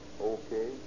Okay